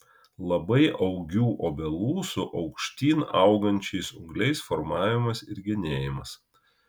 labai augių obelų su aukštyn augančiais ūgliais formavimas ir genėjimas